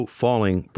falling